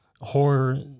horror